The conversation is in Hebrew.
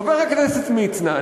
חבר הכנסת מצנע,